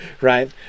right